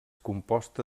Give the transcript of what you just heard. composta